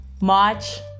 March